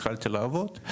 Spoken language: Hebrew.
התחלתי לעבוד.